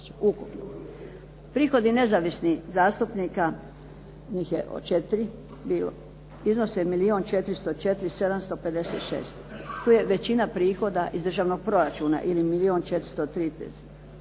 ukupno. Prihodi nezavisnih zastupnika, njih je četiri iznose milijun 404 756. Tu je većina prihoda iz državnog proračuna ili milijun